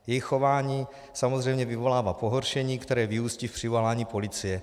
Jejich chování samozřejmě vyvolává pohoršení, které vyústí v přivolání policie.